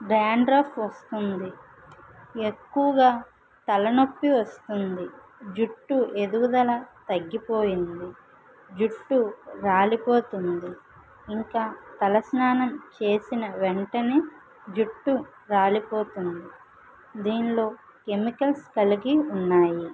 dandruff వస్తుంది ఎక్కువగా తలనొప్పి వస్తుంది జుట్టు ఎదుగుదల తగ్గిపోయింది జుట్టు రాలిపోతుంది ఇంకా తలస్నానం చేసిన వెంటనే జుట్టు రాలిపోతుంది దీనిలో కెమికల్స్ కలిగి ఉన్నాయి